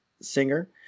singer